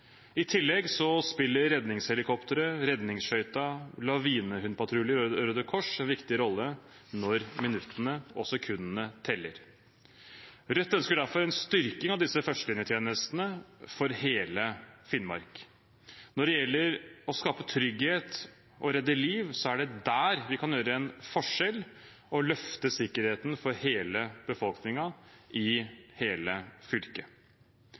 I tillegg spiller redningshelikoptre, redningsskøyta, lavinehundpatruljer og Røde Kors en viktig rolle når minuttene og sekundene teller. Rødt ønsker derfor en styrking av disse førstelinjetjenestene for hele Finnmark. Når det gjelder å skape trygghet og redde liv, er det der vi kan gjøre en forskjell og løfte sikkerheten for hele befolkningen i hele fylket.